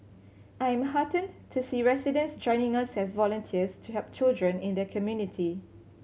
I am heartened to see residents joining us as volunteers to help children in their community